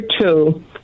two